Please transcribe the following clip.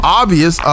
obvious